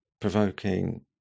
provoking